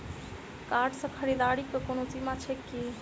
Card सँ खरीददारीक कोनो सीमा छैक की?